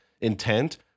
intent